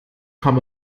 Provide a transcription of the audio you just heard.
kann